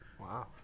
Wow